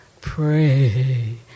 pray